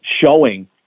showing